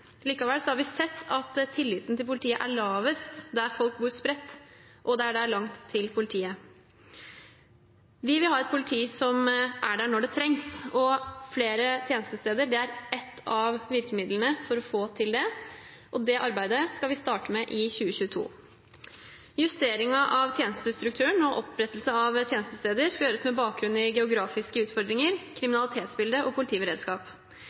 Likevel har vi sett at tilliten til politiet er lavest der folk bor spredt, og der det er langt til politiet. Vi vil ha et politi som er der når det trengs, og flere tjenestesteder er ett av virkemidlene for å få til det. Det arbeidet skal vi starte med i 2022. Justeringen av tjenestestrukturen og opprettelse av tjenestesteder skal gjøres med bakgrunn i geografiske utfordringer, kriminalitetsbilde og politiberedskap.